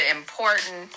important